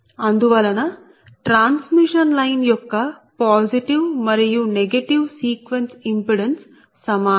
అందువలన transmission line యొక్క positive మరియు నెగిటివ్ సీక్వెన్స్ ఇంపిడెన్స్ సమానం